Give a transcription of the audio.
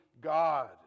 God